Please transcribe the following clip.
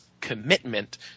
commitment